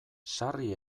sarri